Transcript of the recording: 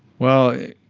well,